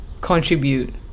contribute